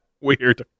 Weird